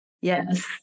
Yes